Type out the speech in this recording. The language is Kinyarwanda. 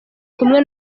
kumwe